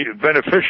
beneficial